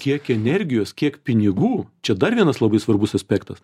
kiek energijos kiek pinigų čia dar vienas labai svarbus aspektas